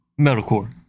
metalcore